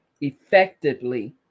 effectively